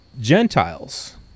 Gentiles